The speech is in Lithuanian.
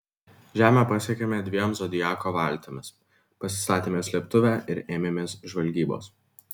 žemę pasiekėme dviem zodiako valtimis pasistatėme slėptuvę ir ėmėmės žvalgybos